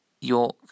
York